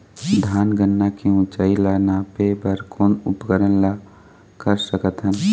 धान गन्ना के ऊंचाई ला नापे बर कोन उपकरण ला कर सकथन?